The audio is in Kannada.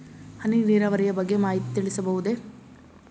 ಹನಿ ನೀರಾವರಿಯ ಬಗ್ಗೆ ಮಾಹಿತಿ ತಿಳಿಸಬಹುದೇ?